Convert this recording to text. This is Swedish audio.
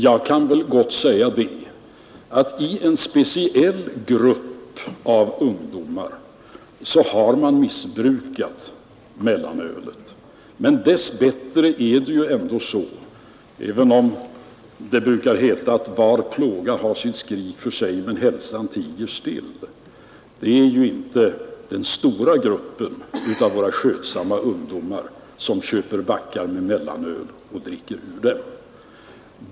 Jag kan dock säga att i en speciell grupp av ungdomar har man missbrukat mellanölet. ”Var plåga har sitt skri för sig, men hälsan tiger still”, brukar det ju heta, men dess bättre är det inte den stora gruppen av våra skötsamma ungdomar som köper backar med mellanöl och dricker ur det.